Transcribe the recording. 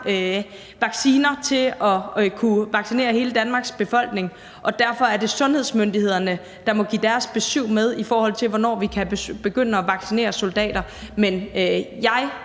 vacciner til at kunne vaccinere hele Danmarks befolkning, og det er derfor sundhedsmyndighederne, der må give deres besyv med, i forhold til hvornår vi kan begynde at vaccinere soldater. Men jeg